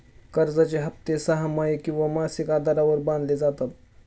कर्जाचे हप्ते सहामाही किंवा मासिक आधारावर बांधले जातात